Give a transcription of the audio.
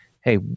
Hey